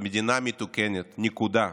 במדינה מתוקנת, נקודה.